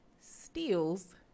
steals